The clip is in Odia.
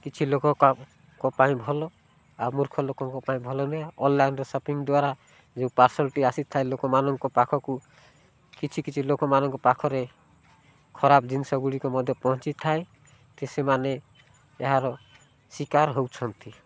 କିଛି ଲୋକଙ୍କ ପାଇଁ ଭଲ ଆଉ ମୂର୍ଖ ଲୋକଙ୍କ ପାଇଁ ଭଲ ନୁହେଁ ଅନଲାଇନ୍ରେ ସପିଂ ଦ୍ୱାରା ଯେଉଁ ପାର୍ସଲଟି ଆସିଥାଏ ଲୋକମାନଙ୍କ ପାଖକୁ କିଛି କିଛି ଲୋକମାନଙ୍କ ପାଖରେ ଖରାପ ଜିନିଷ ଗୁଡ଼ିକ ମଧ୍ୟ ପହଞ୍ଚିଥାଏ ତ ସେମାନେ ଏହାର ଶିକାର ହେଉଛନ୍ତି